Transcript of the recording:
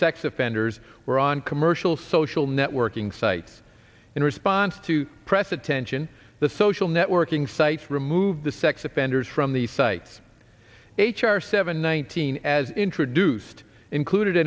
sex offenders were on commercial social networking sites in response to press attention the social networking sites remove the sex offenders from the sites h r seven one thousand ad introduced included